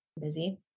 busy